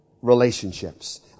relationships